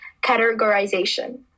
categorization